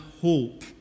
hope